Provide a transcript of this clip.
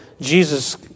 Jesus